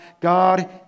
God